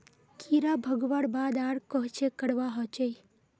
कीड़ा भगवार बाद आर कोहचे करवा होचए?